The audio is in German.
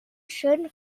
schön